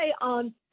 on